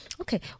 Okay